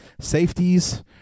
Safeties